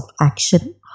action